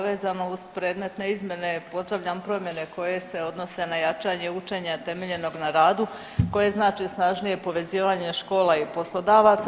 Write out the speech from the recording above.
Vezano uz predmetne izmjene pozdravljam promjene koje se odnose na jačanje učenja temeljenog na radu koje znače snažnije povezivanje škola i poslodavaca.